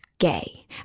gay